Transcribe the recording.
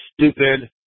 stupid